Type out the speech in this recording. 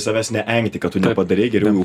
savęs neengti kad tu nepadarei geriau jau